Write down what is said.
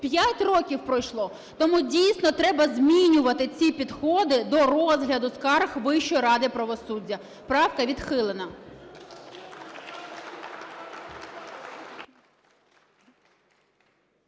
5 років пройшло. Тому дійсно треба змінювати ці підходи до розгляду скарг Вищої ради правосуддя. Правка відхилена.